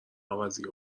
عوضی